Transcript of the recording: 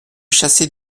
chasser